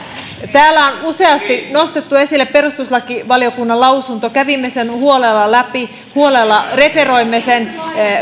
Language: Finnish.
täällä on useasti nostettu esille perustuslakivaliokunnan lausunto kävimme sen huolella läpi huolella referoimme sen